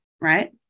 Right